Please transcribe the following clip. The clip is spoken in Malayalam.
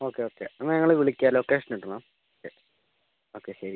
ഓക്കെ ഓക്കെ എന്നാൽ ഞങ്ങള് വിളിക്കാം ലൊക്കേഷൻ ഇടണം ഓക്കെ ശരി